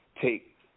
take